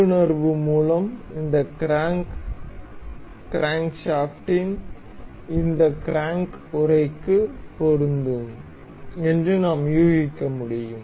உள்ளுணர்வு மூலம் இந்த க்ராங்க் கிரான்க்ஷாஃப்ட் இந்த க்ராங்க் உறைக்கு பொருந்தும் என்று நாம் யூகிக்க முடியும்